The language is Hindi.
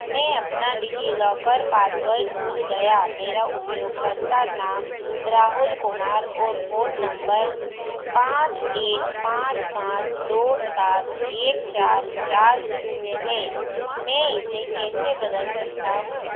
मैं अपना डिज़िलॉकर पासवर्ड भूल गया मेरा उपयोगकर्ता नाम राहुल कुमार ओर फ़ोन नम्बर पाँच एक पाँच पाँच दो सात एक चार चार शून्य है मैं इसे कैसे बदल सकता हूँ